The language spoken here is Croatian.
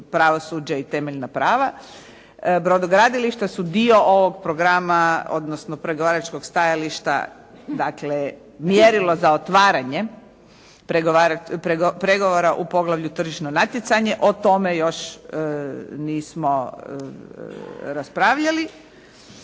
pravosuđe i temeljna prava. Brodogradilišta su dio ovog programa, odnosno pregovaračkog stajališta. Dakle, mjerilo za otvaranje pregovora u poglavlju tržišno natjecanje. O tome još nismo raspravljali